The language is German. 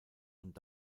und